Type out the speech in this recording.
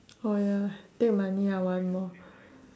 orh ya take money I want more